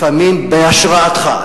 לפעמים בהשראתך,